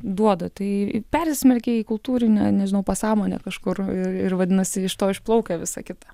duoda tai persismelkė į kultūrinę nežinau pasąmonė kažkur ir ir vadinasi iš to išplaukia visa kita